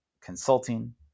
consulting